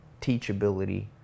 teachability